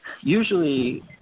usually